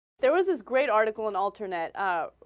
there was great article and alternet ah.